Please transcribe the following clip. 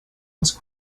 was